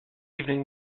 evening